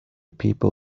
people